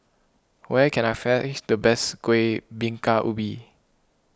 where can I find the best Kueh Bingka Ubi